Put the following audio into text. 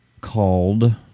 called